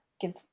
give